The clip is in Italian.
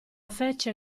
fece